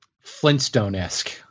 Flintstone-esque